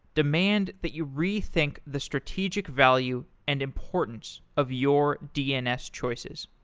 demand that you rethink the strategic value and importance of your dns choices.